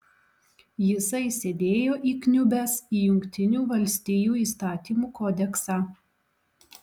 jisai sėdėjo įkniubęs į jungtinių valstijų įstatymų kodeksą